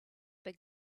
big